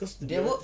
cause there were